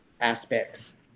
aspects